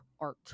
art